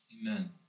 Amen